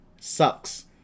sucks